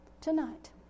tonight